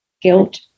guilt